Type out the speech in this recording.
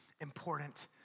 important